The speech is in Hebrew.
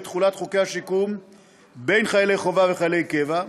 תחולת חוקי השיקום בין חיילי חובה וחיילי קבע,